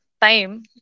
time